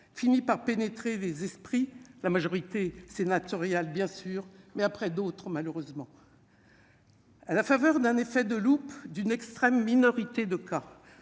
fini par pénétrer les esprits, la majorité sénatoriale, bien sûr, mais après d'autres malheureusement. à la faveur d'un effet de loupe d'une extrême minorité de cas